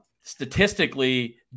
statistically